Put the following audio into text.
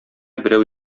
берәү